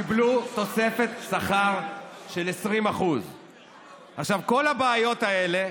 קיבלו תוספת שכר של 20%. כל הבעיות האלה,